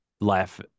laugh